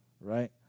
right